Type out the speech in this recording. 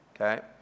okay